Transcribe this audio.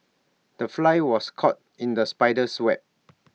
the fly was caught in the spider's web